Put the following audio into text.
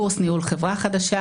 קורס ניהול חברה חדשה,